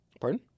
Pardon